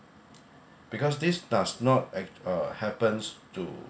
because this does not act~ uh happens to